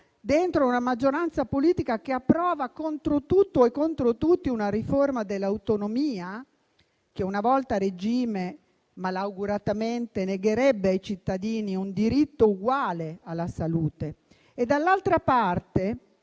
dentro una maggioranza politica che approva, contro tutto e contro tutti, una riforma dell'autonomia che, una volta a regime, malauguratamente, negherebbe ai cittadini un uguale diritto alla salute. Dall'altra parte,